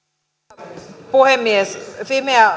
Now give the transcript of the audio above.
arvoisa rouva puhemies fimea